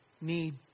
need